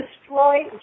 destroy